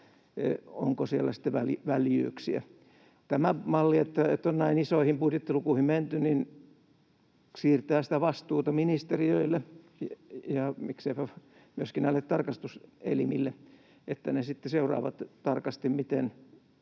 onko siellä sitten väljyyksiä. Tämä malli, että on näin isoihin budjettilukuihin menty, siirtää sitä vastuuta ministeriöille ja mikseipä myöskin näille tarkastuselimille, niin että ne sitten seuraavat tarkasti, miten